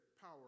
power